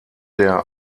der